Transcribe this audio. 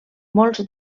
molts